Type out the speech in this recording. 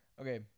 okay